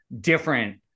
different